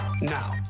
Now